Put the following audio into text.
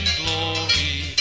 glory